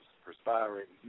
perspiring